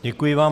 Děkuji vám.